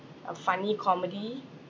a funny comedy